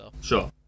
sure